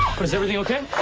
is everything okay?